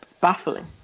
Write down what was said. baffling